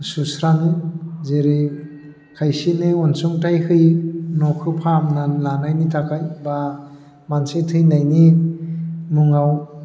सुस्राङो जेरै खायसेनो आनसुंथाइ होयो न'खौ फाहामनानै लानायनि थाखाय बा मानसि थैनायनि मुङाव